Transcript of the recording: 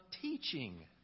teaching